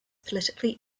politically